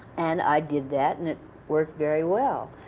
and i did that, and it worked very well.